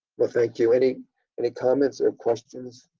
well thank you, any any comments or questions?